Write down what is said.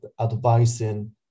advising